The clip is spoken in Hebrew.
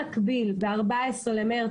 במקביל ב-14 במרץ,